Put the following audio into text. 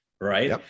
Right